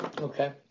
Okay